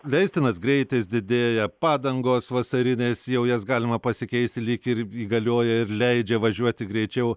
leistinas greitis didėja padangos vasarinės jau jas galima pasikeisti lyg ir įgalioja ir leidžia važiuoti greičiau